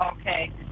Okay